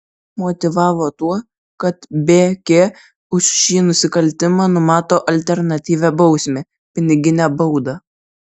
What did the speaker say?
motyvavo tuo kad bk už šį nusikaltimą numato alternatyvią bausmę piniginę baudą